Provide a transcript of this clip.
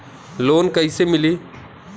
Loan कईसे मिली?